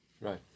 Right